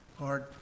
Lord